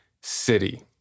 City